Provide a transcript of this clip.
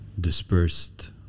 dispersed